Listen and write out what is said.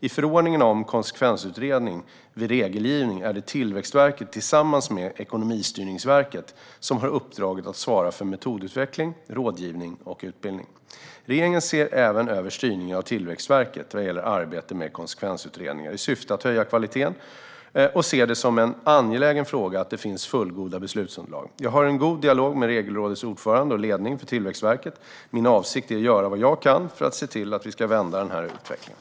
I förordningen om konsekvensutredning vid regelgivning är det Tillväxtverket som tillsammans med Ekonomistyrningsverket har uppdraget att svara för metodutveckling, rådgivning och utbildning. Regeringen ser även över styrningen av Tillväxtverket vad gäller arbetet med konsekvensutredningar i syfte att höja kvaliteten och ser det som en angelägen fråga att det finns fullgoda beslutsunderlag. Jag har en god dialog med Regelrådets ordförande och ledningen för Tillväxtverket. Min avsikt är att göra vad jag kan för att vi ska vända den här utvecklingen.